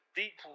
deep